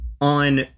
on